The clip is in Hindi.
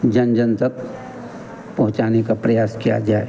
जन जन तक पहुँचाने का प्रयास किया जाए